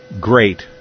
great